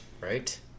right